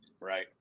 right